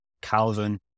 Calvin